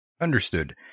Understood